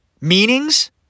meanings